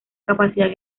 capacidad